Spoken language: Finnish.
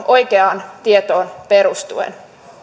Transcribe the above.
oikeaan tietoon perustuen